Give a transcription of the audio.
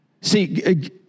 See